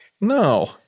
No